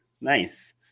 Nice